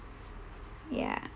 ya